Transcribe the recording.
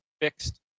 fixed